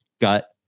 gut